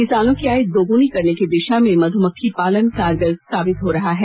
किसानों की आय दोगुनी करने की दिशा में मधुमक्खी पालन कारगर साबित हो रहा है